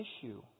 issue